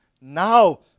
now